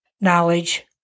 knowledge